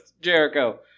Jericho